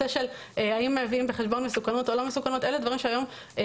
האם מביאים בחשבון מסוכנות או לא ומיה הם השיקולים,